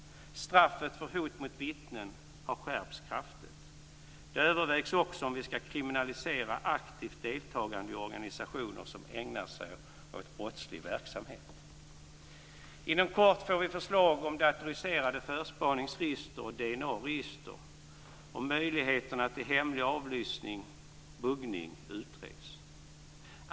Straffet för hot mot vittnen har skärpts kraftigt. Det övervägs också om vi skall kriminalisera aktivt deltagande i organisationer som ägnar sig åt brottslig verksamhet. Inom kort får vi förslag om datoriserade förspaningsregister och DNA-register och möjligheterna till hemlig avlyssning, buggning, utreds.